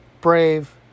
Brave